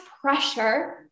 pressure